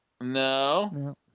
No